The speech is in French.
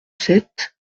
sept